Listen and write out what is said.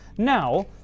Now